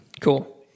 cool